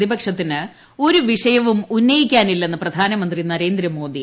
പ്രതിപക്ഷത്തിന് ഒരു വിഷയവും ഉന്നയിക്കാനില്ലെന്ന് പ്രധാനമന്ത്രി നരേന്ദ്രമോദി